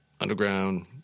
underground